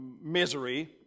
misery